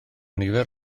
nifer